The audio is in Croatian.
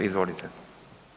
Izvolite.